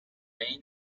main